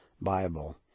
Bible